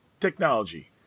Technology